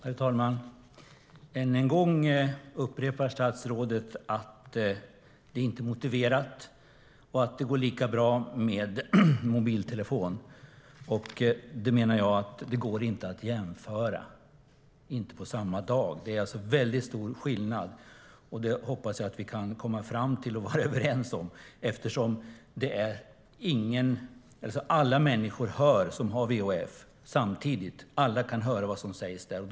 Herr talman! Än en gång upprepar statsrådet att det inte är motiverat och att det går lika bra att använda mobiltelefon. Jag menar att det inte går att jämföra. Det är stor skillnad. Jag hoppas att vi kan vara överens om det. Alla som har tillgång till VHF hör vad som sägs samtidigt.